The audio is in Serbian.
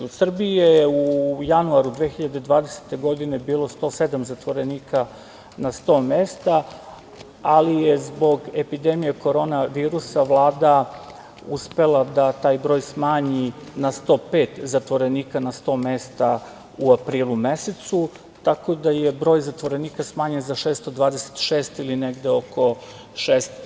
U Srbiji je u januaru 2020. godine bilo 107 zatvorenika na 100 mesta, ali je zbog epidemije korona virusa, vlada uspela da taj broj smanji na 105 zatvorenika na 100 mesta u aprilu mesecu, tako da je broj zatvorenika smanjen na 626 ili negde oko 6%